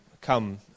come